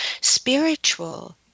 Spiritual